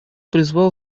призвал